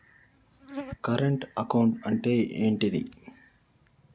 Current account అంటే ఏంటిది?